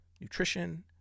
nutrition